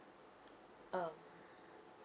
um